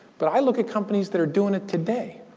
but i look at companies that are doing it today,